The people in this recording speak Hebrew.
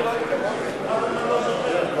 הוא לא זוכר,